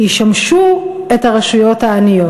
שישמשו את הרשויות העניות.